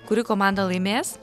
kuri komanda laimės